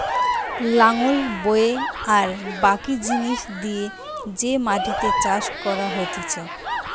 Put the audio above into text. লাঙল বয়ে আর বাকি জিনিস দিয়ে যে মাটিতে চাষ করা হতিছে